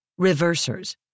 Reversers